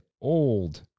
old